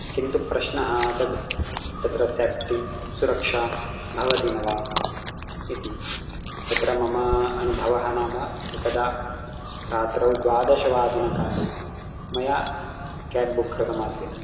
किन्तु प्रश्नः तत् तत्र सेफ़्टि सुरक्षा भवति न वा इति तत्र मम अनुभवः नाम एकदा रात्रौ द्वादशवादनकाले मया केब् बुक् कृतमासीत्